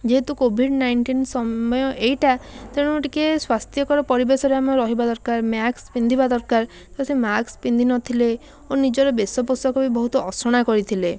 ଯେହେତୁ Covid nineteen ସମୟ ଏଇଟା ତେଣୁ ଟିକେ ସ୍ୱାସ୍ଥକର ପରିବେଶରେ ଆମେ ରହିବା ଦରକାର ମାସ୍କ ପିନ୍ଧିବା ଦରକାର ତ ସେ ମାସ୍କ ପିନ୍ଧି ନଥିଲେ ଓ ନିଜର ବେଶପୋଷାକ ବି ବହୁତ ଅସନା କରିଥିଲେ